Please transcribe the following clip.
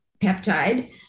peptide